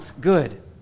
good